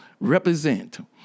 represent